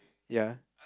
ya